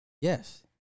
Yes